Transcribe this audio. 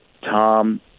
Tom